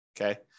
okay